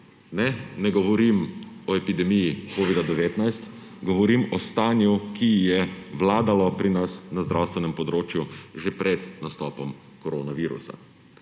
ne govorim o epidemiji covida-19, govorim o stanju, ki je vladalo pri nas na zdravstvenem področju že pred nastopom koronavirusa.